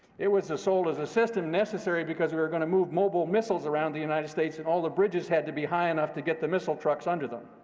it was sold as a system necessary because we were going to move mobile missiles around the united states, and all the bridges had to be high enough to get the missile trucks under them.